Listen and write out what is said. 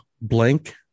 blank